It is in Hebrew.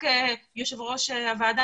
יושב ראש הוועדה,